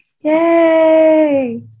Yay